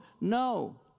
No